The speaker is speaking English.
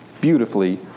beautifully